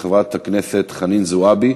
של חברת הכנסת חנין זועבי,